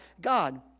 God